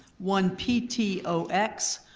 one p t o x,